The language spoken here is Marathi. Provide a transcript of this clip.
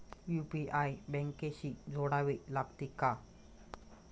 यु.पी.आय बँकेशी जोडावे लागते का?